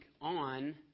on